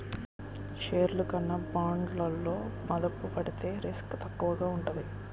షేర్లు కన్నా బాండ్లలో మదుపు పెడితే రిస్క్ తక్కువగా ఉంటాది